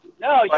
No